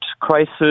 crisis